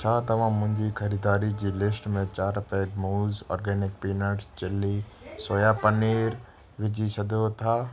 छा तव्हां मुंहिंजी ख़रीदारी जी लिस्ट में चार पैक मूज़ organic peanut chilli soya paneer विझी सघो था